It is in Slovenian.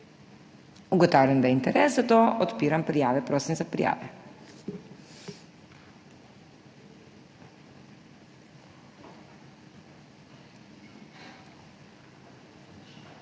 Ugotavljam, da je interes, zato odpiram prijave. Prosim za prijave.